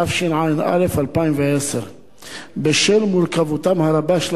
התשע"א 2010. בשל מורכבותם הרבה של